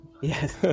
Yes